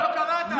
לא קראת.